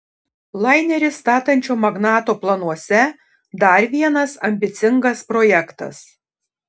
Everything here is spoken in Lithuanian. lainerį statančio magnato planuose dar vienas ambicingas projektas